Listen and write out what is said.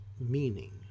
meaning